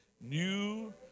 new